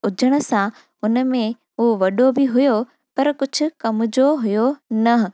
हुजण सां उन में हो वॾो बि हुओ पर कुझु कम जो हुओ न